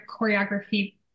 choreography